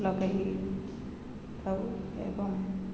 ଲଗେଇଥାଉ ଏବଂ